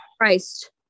Christ